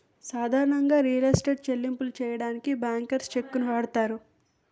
సాధారణంగా real estate చెల్లింపులు సెయ్యడానికి బ్యాంకర్స్ చెక్కుని వాడతారు